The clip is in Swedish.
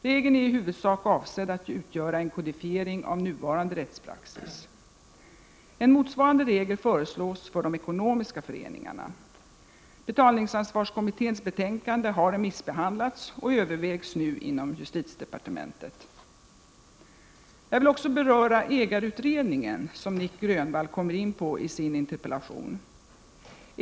Regeln är i huvudsak avsedd att utgöra en kodifiering av nuvarande rättspraxis. En motsvarande regel föreslås för de ekonomiska föreningarna. Betalningsansvarskommitténs betänkande har remissbehandlats och övervägs nu inom justitiedepartementet. Jag vill också beröra ägarutredningen som Nic Grönvall kommer in på i sin interpellation.